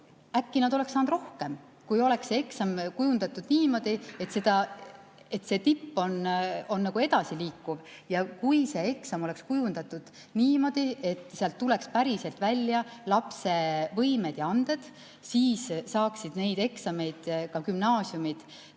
äkki nad oleks saanud rohkem, kui oleks see eksam kujundatud niimoodi, et see tipp on nagu edasiliikuv. Ja kui see eksam oleks kujundatud niimoodi, et sealt tuleks päriselt välja lapse võimed ja anded, siis saaksid neid eksameid ka gümnaasiumid